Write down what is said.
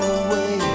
away